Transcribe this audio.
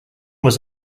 was